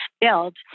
build